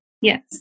Yes